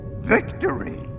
Victory